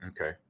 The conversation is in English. okay